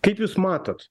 kaip jūs matot